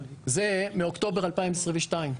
זה מאוקטובר 2022,